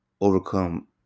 overcome